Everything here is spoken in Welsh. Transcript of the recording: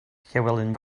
llywelyn